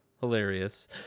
hilarious